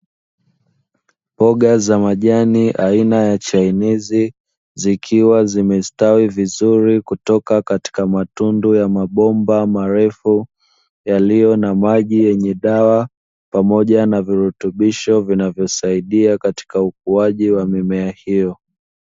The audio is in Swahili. Mboga za majani aina ya chainizi zikiwa zimestawi vizuri kutoka katika matundu ya mabomba marefu, yaliyo na maji yenye dawa pamoja na virutubisho vinavyosaidia katika ukuaji wa mimea hiyo.